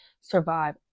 survive